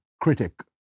critic